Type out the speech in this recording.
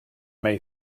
may